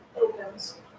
opens